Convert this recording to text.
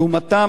לעומתם,